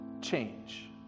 change